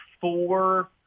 four –